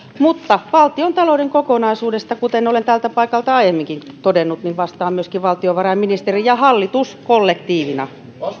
mutta valtiontalouden kokonaisuudesta kuten olen tältä paikalta aiemminkin todennut vastaa myöskin valtiovarainministeri ja hallitus kollektiivina